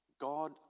God